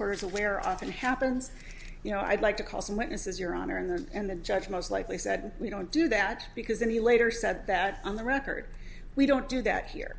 corners where on thing happens you know i'd like to call some witnesses your honor in there and the judge most likely said we don't do that because then he later said that on the record we don't do that here